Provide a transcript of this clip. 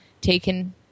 taken